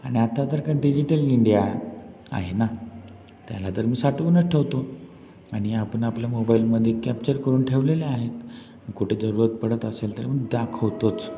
आणि आता तर का डिजिटल इंडिया आहे ना त्याला तर मी साठवूनच ठेवतो आणि आपण आपल्या मोबाईलमध्ये कॅप्चर करून ठेवलेले आहेत कुठे जरूरत पडत असेल तर मी दाखवतोच